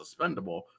suspendable